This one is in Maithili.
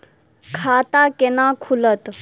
खाता केना खुलत?